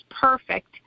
perfect